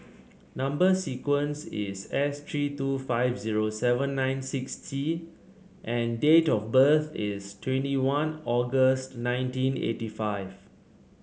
number sequence is S three two five zero seven nine six T and date of birth is twenty one August nineteen eighty five